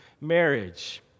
marriage